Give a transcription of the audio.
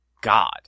God